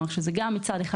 מצד אחד,